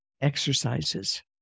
exercises